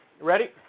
Ready